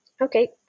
Okay